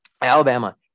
Alabama